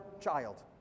child